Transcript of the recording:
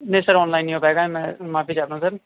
نہیں sir online نہیں ہو پائے گا میں معافی چاہتا ہوں سر